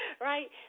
right